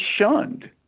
shunned